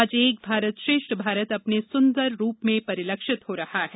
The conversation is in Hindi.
आज एक भारत श्रेष्ठ भारत अपने सुन्दर रूप में परिलक्षित हो रहा है